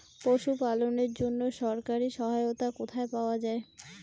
পশু পালনের জন্য সরকারি সহায়তা কোথায় পাওয়া যায়?